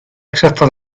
exacta